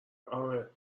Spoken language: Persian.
آره